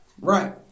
Right